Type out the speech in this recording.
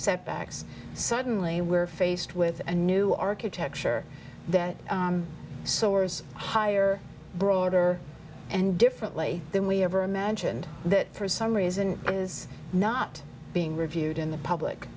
setbacks suddenly we're faced with a new architecture that soars higher broader and differently than we ever imagined that for some reason is not being reviewed in the public